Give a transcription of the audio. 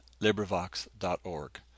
LibriVox.org